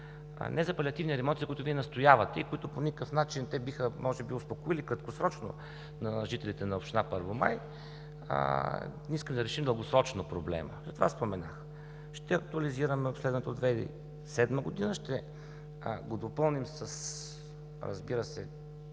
не за палеативни ремонти, за които Вие настоявате, и които по никакъв начин.., те може би биха успокоили краткосрочно жителите на община Първомай. Ние искаме да решим дългосрочно проблема. Затова споменах. Ще актуализираме обследването от 2007 г., ще го допълним, разбира се,